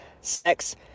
sex